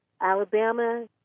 Alabama